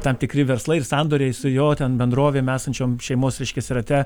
tam tikri verslai ir sandoriai su jo ten bendrovėm esančiom šeimos reiškiasi rate